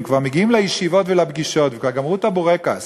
הם כבר מגיעים לישיבות ולפגישות וכבר גמרו את הבורקס